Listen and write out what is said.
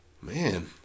Man